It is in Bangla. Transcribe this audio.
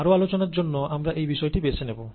আরও আলোচনার জন্য আমরা এই বিষয়টি বেছে নেব